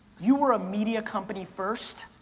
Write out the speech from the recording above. you are a media company first,